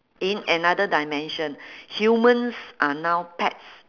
in another dimension humans are now pets